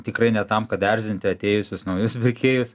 tikrai ne tam kad erzinti atėjusius naujus pirkėjus